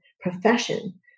profession